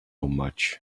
much